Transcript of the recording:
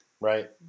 Right